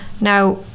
Now